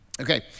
Okay